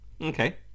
Okay